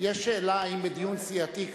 יש שאלה אם בדיון סיעתי,